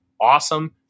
awesome